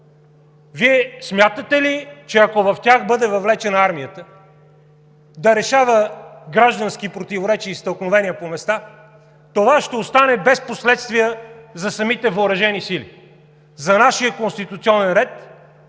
Вие смятате ли, че ако в тях бъде въвлечена армията да решава граждански противоречия и стълкновения по места, това ще остане без последствия за самите въоръжени сили, за нашия конституционен ред